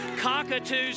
cockatoos